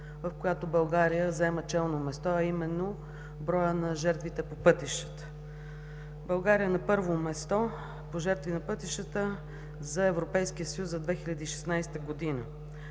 в която България заема челно място, а именно броят на жертвите по пътищата. България е на първо място по жертви на пътищата за Европейския съюз за 2016 г.